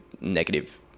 negative